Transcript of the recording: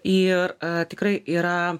ir tikrai yra